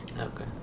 Okay